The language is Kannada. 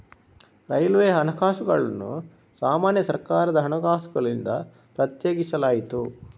ರೈಲ್ವೆ ಹಣಕಾಸುಗಳನ್ನು ಸಾಮಾನ್ಯ ಸರ್ಕಾರದ ಹಣಕಾಸುಗಳಿಂದ ಪ್ರತ್ಯೇಕಿಸಲಾಯಿತು